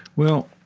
well,